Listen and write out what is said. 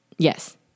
Yes